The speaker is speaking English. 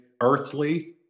earthly